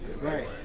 right